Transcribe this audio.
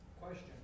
Question